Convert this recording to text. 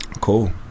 cool